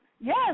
Yes